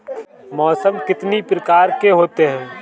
मौसम कितनी प्रकार के होते हैं?